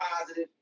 positive